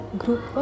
group